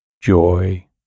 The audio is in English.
joy